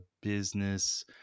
business